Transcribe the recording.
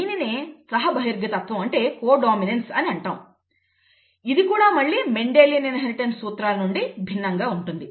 దీనినే సహ బహిర్గతత్వం అంటే కో డామినెన్స్ అని అంటాము ఇది కూడా మళ్లీ మెండిలియన్ ఇన్హెరిటెన్స్ సూత్రాల నుండి భిన్నంగా ఉంటుంది